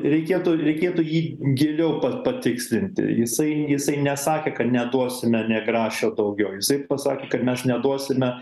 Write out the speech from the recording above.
reikėtų reikėtų jį giliau patikslinti jisai jisai nesakė kad neduosime nė grašio daugiau jisai pasakė kad mes neduosime